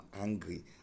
angry